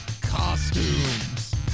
costumes